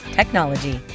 technology